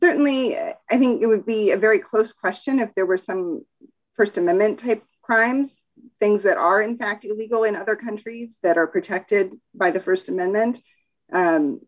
certainly i think it would be a very close question if there were some st amendment type crimes things that are in fact illegal in other countries that are protected by the st amendment